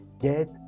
get